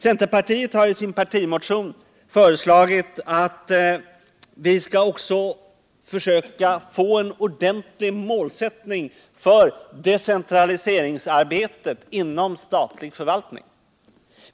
Centerpartiet har i sin partimotion föreslagit att vi också skall försöka få en ordentlig målsättning för decentraliseringsarbetet inom statlig förvaltning.